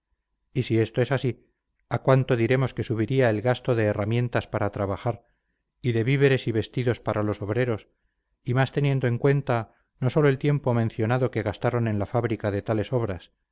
y si esto es así a cuánto diremos que subiría el gasto de herramientas para trabajar y de víveres y vestidos para los obreros y más teniendo en cuenta no sólo el tiempo mencionado que gastaron en la fábrica de tales obras